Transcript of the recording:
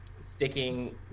sticking